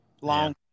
long